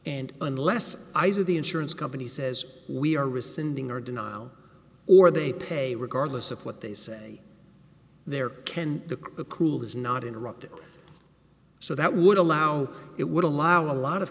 and unless either the insurance company says we are rescinding or denial or they pay regardless of what they say there can the the pool is not interrupted so that would allow it would allow a lot of